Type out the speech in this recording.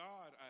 God